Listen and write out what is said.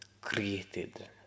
created